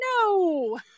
no